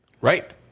Right